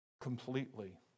Completely